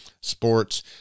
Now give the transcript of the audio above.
sports